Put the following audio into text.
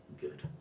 good